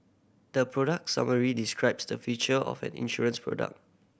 the product summary describes the feature of an insurance product